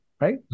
right